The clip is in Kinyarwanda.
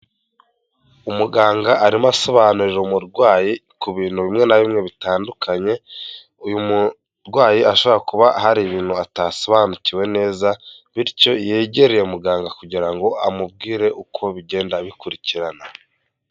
Umuganga arimo asobanurira umurwayi ku bintu bimwe na bimwe bitandukanye, uyu murwayi ashobora kuba hari ibintu atasobanukiwe neza bityo yegereye muganga kugira ngo amubwire uko bigenda bikurikirana.